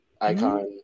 icon